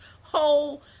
whole